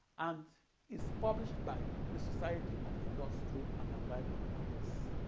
and is published by the society of industrial and applied mathematics.